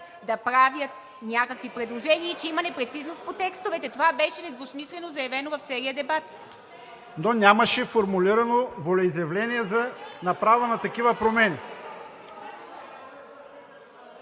да правят някакви предложения и че има непрецизност по текстовете. Това беше недвусмислено заявено в целия дебат. АТАНАС ЗАФИРОВ: Но нямаше формулирано волеизявление за направа на такива промени.